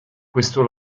questo